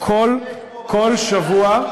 כל שבוע.